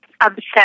obsessed